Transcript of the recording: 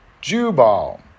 Jubal